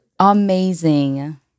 amazing